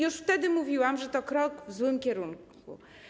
Już wtedy mówiłam, że to krok w złym kierunku.